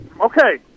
Okay